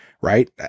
right